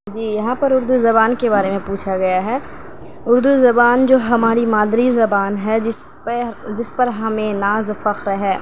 جی یہاں پر اردو زبان کے بارے میں پوچھا گیا ہے اردو زبان جو ہماری مادری زبان ہے جس پہ جس پر ہمیں ناز و فخر ہے